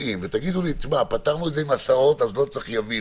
בזה שיתחילו להגיע למספרים יותר גבוהים.